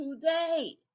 today